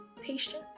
patient